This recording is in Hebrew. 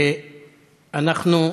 אנחנו,